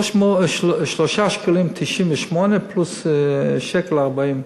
אדוני, השבוע ישבתי על הנתונים העדכניים.